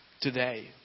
today